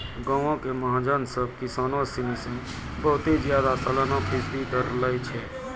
गांवो के महाजन सभ किसानो सिनी से बहुते ज्यादा सलाना फीसदी दर लै छै